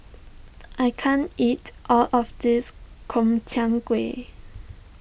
I can't eat all of this Gobchang Gui